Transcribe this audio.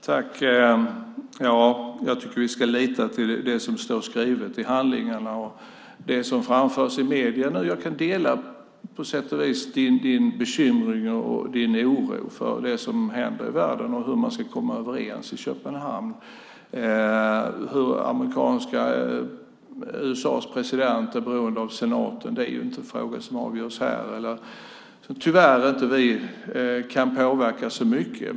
Fru talman! Jag tycker att vi ska lita på det som står skrivet i handlingarna. När det gäller det som framförs i medierna kan jag på sätt och vis dela Carina Ohlssons bekymmer och oro för det som händer i världen och hur man ska komma överens i Köpenhamn. Hur USA:s president är beroende av senaten är inte en fråga som avgörs här eller som vi kan påverka så mycket.